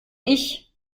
ich